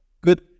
good